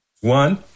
One